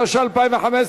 התשע"ה 2015,